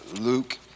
Luke